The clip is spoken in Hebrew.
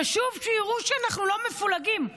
חשוב שיראו שאנחנו לא מפולגים.